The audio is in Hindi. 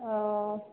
ओ